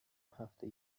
هفته